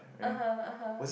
(uh huh) (uh huh)